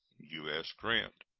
u s. grant.